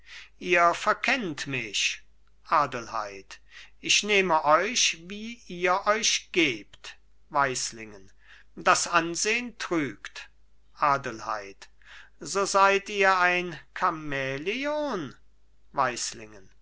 ihr verkennt mich adelheid ich nehme euch wie ihr euch gebt weislingen das ansehn trügt adelheid so seid ihr ein